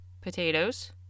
potatoes